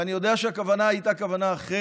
ואני יודע שהכוונה הייתה אחרת,